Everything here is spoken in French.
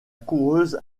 coureuse